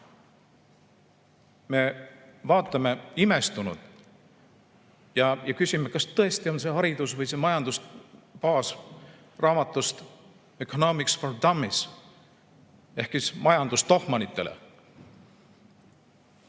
me vaatame imestunult ja küsime, kas tõesti on see haridus‑ või majandusbaas raamatust "Economics for Dummies" ehk siis "Majandus tohmanitele".